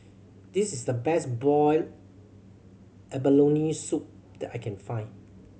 this is the best boiled abalone soup that I can find